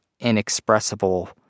inexpressible